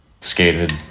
skated